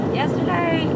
yesterday